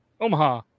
Omaha